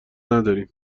نداریم